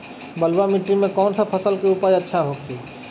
बलुआ मिट्टी में कौन सा फसल के उपज अच्छा होखी?